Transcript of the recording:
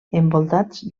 envoltats